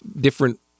different